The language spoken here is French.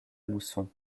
mousson